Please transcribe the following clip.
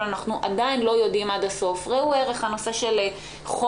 אבל אנחנו לא יודעים עד הסוף ראו ערך הנושא של חום,